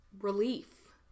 relief